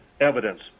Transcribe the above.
evidence